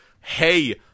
hey